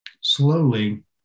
slowly